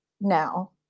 now